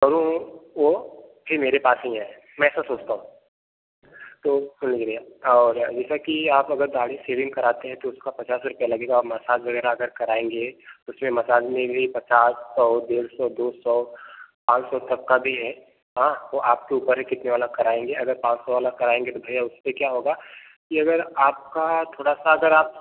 करूँ वो फिर मेरे पास ही आएँ मैं ऐसा सोचता हूँ तो सुन लीजिए भैया और जैसा कि आप अगर दाढ़ी सेविंग कराते है तो उसका पचास सौ रुपये लगेगा आप मसाज वगैरह अगर कराएँगे तो उसमें मसाज में भी पचास सौ तीन सौ दो सौ पाँच सौ तक का भी है हाँ वो आपके ऊपर है कितने वाला कराएँगे अगर पाँच सौ वाला कराएँगे तो भैया उससे क्या होगा कि अगर आपका थोड़ा सा अगर आप